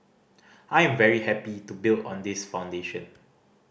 I am very happy to build on this foundation